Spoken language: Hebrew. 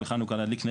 בחנוכה להדליק נרות,